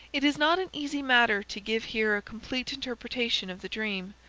it is not an easy matter to give here a complete interpretation of the dream.